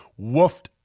woofed